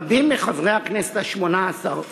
רבים מחברי הכנסת השמונה-עשרה